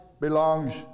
belongs